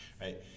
right